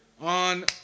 On